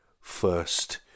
first